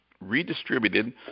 redistributed